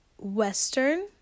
western